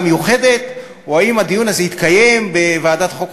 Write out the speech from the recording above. מיוחדת או אם הדיון הזה יתקיים בוועדת החוקה,